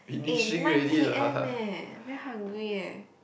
eh nine P_M eh very hungry eh